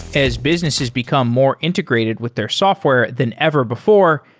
as businesses become more integrated with their software than ever before,